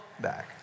back